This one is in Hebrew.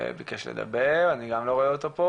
מנגע הסמים ואני אתן פה את נקודת המבט הפחות